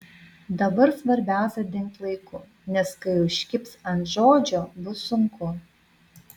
dabar svarbiausia dingt laiku nes kai užkibs ant žodžio bus sunku